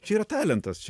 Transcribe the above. čia yra talentas